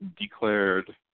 declared